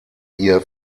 ihr